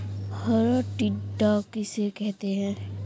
हरा टिड्डा किसे कहते हैं?